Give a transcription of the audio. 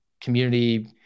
community